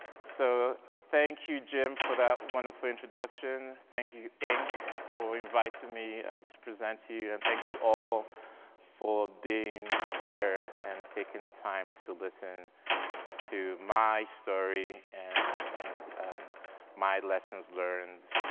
so thank you, jim, for that wonderful introduction, thank you, inc, for inviting me and to present to you, and thank you all for being here and taking the time to listen to my story and and my lessons learned